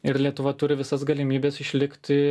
ir lietuva turi visas galimybes išlikti